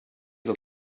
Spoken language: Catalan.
del